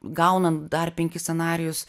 gaunant dar penkis scenarijus